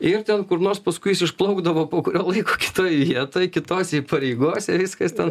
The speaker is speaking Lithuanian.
ir ten kur nors paskui jis išplaukdavo po kurio laiko kitoj vietoj kitose i pareigose viskas ten